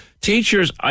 Teachers